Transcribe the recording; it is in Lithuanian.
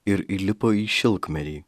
ir įlipo į šilkmedį